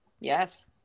Yes